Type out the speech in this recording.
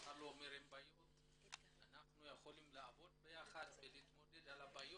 אחד לא אומר שאין בעיות אבל אנחנו יכולים לעבוד ביחד ולהתמודד איתן.